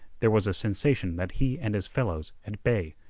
there was a sensation that he and his fellows, at bay,